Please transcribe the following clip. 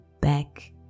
back